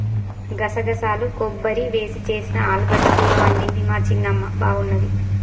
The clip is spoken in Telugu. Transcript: గసగసాలు కొబ్బరి వేసి చేసిన ఆలుగడ్డ కూర వండింది మా చిన్నమ్మ బాగున్నది